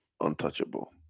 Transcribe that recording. untouchable